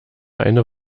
eine